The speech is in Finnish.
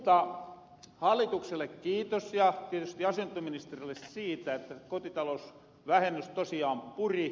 mutta hallitukselle kiitos ja tietysti asuntoministerille siitä että kotitalousvähennys tosiaan puri